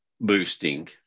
boosting